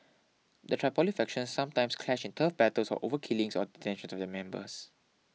the Tripoli factions sometimes clash in turf battles or over killings or detentions of their members